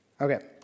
Okay